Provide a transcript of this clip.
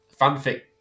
fanfic